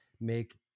make